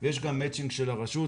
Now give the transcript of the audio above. יש גם מצ'ינג של הרשות,